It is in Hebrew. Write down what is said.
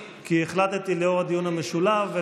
היושב-ראש.